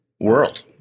world